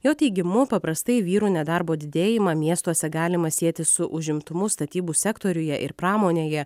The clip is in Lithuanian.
jo teigimu paprastai vyrų nedarbo didėjimą miestuose galima sieti su užimtumu statybų sektoriuje ir pramonėje